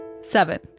Seven